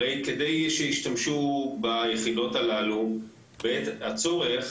הרי כדי שישתמשו ביחידות הללו בעת הצורך,